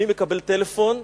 אני מקבל טלפון.